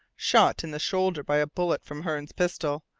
shot in the shoulder by a bullet from hearne's pistol,